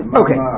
okay